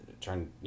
trying